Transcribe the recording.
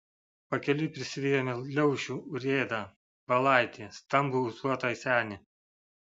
pakeliui prisivijome liaušių urėdą valaitį stambų ūsuotą senį